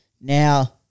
Now